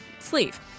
sleeve